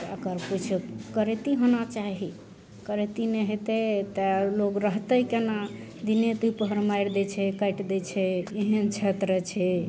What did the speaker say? तऽ एकर किछु करेती होना चाही करेती नहि हेतय तऽ लोग रहतय केना दिने दुपहर मारि दै छै काटि दै छै एहन क्षेत्र छै